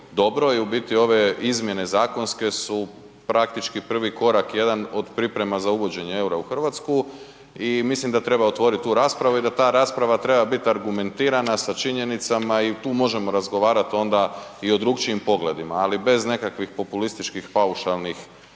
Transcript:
i u biti ove izmjene zakonske su praktički prvi korak jedan od priprema za uvođenje EUR-a u RH i mislim da treba otvorit tu raspravu i da ta rasprava treba bit argumentirana sa činjenicama i tu možemo razgovarat onda i o drukčijim pogledima, ali bez nekakvih populističkih paušalnih